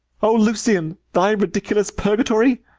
o lucian, thy ridiculous purgatory!